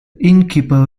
innkeeper